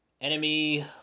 enemy